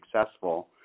successful